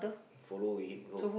follow him go